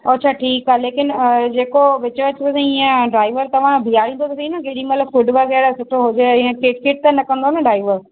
अच्छा ठीकु आहे लेकिन जेको विच विच में ईअं ड्राइवर तव्हां ॿीहारींदो सही न केॾीमहिल फुड वग़ैरह सुठो हुजे ईअं किट किट त न कंदो ड्राइवर